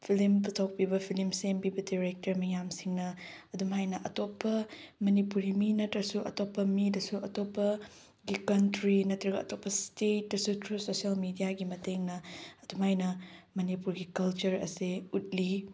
film ꯄꯨꯊꯣꯛꯄꯤꯕ film ꯁꯦꯝꯕꯤꯕ director ꯃꯌꯥꯝꯁꯤꯡꯅ ꯑꯗꯨꯝꯍꯥꯏꯅ ꯑꯇꯣꯞꯄ ꯃꯅꯤꯄꯨꯔꯤ ꯃꯤ ꯅꯠꯇ꯭ꯔꯁꯨ ꯑꯇꯣꯞꯄ ꯃꯤꯗꯁꯨ ꯑꯇꯣꯞꯄꯒꯤ ꯀꯟꯇ꯭ꯔꯤ ꯅꯠꯇ꯭ꯔꯒ ꯑꯇꯣꯞꯄ ꯏꯁꯇꯦꯠꯇꯁꯨ ꯊ꯭ꯔꯨ ꯁꯣꯁꯦꯜ ꯃꯦꯗꯤꯌꯥꯒꯤ ꯃꯇꯦꯡꯅ ꯑꯗꯨꯃꯥꯏꯅ ꯃꯅꯤꯄꯨꯔꯒꯤ ꯀꯜꯆꯔ ꯑꯁꯦ ꯎꯠꯂꯤ